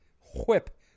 Whip